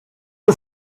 are